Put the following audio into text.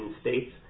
states